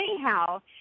anyhow